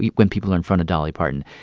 when people are in front of dolly parton.